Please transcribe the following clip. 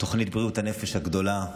תוכנית בריאות הנפש הגדולה,